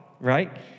Right